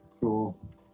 Cool